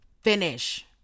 Finish